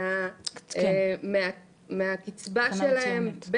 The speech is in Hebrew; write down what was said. מהקצבה שלהם,